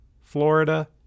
Florida